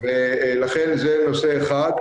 לכן זה נושא אחד.